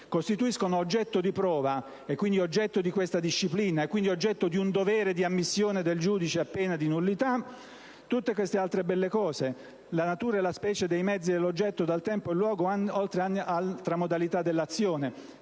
costituiscono oggetto di prova, e quindi oggetto di questa disciplina e oggetto di un dovere di ammissione del giudice a pena di nullità, tutte queste altre belle cose: la natura, la specie, i mezzi, l'oggetto, il tempo e il luogo oltre ogni altra modalità dell'azione.